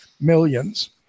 millions